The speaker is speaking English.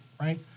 right